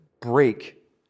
break